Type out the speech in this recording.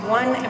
one